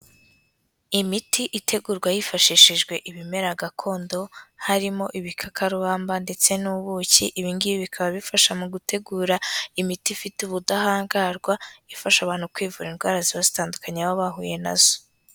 Imiti itegurwa hifashishijwe ibimera gakondo, harimo ibikakarubamba ndetse n'ubuki, ibi ngibi bikaba bifasha mu gutegura imiti ifite ubudahangarwa, ifasha abantu kwivura indwara ziba zitandukanye baba bahuye nazo.